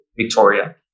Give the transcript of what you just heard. victoria